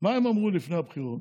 מה הם אמרו לפני הבחירות?